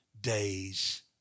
days